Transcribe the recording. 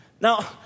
Now